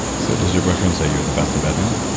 so does your boyfriend say you're the best in bed now?